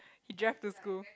he drive to school